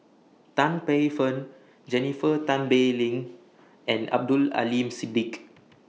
Tan Paey Fern Jennifer Tan Bee Leng and Abdul Aleem Siddique